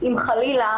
אם חלילה